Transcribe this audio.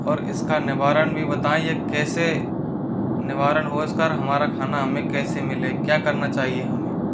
और इसका निवारण भी बताएं ये कैसे निवारण हो इसका और हमारा खाना हमें कैसे मिले क्या करना चाहिए हमें